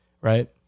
Right